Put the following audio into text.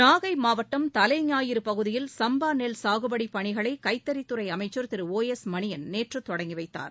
நாகைமாவட்டம் தலைஞாயிறுபகுதியில் சம்பாநெல் சாகுபடிபணிகளைகைத்தறித்துறைஅமைச்சர் திரு ஒ எஸ் மணியன் நேற்றுதொடங்கிவைத்தார்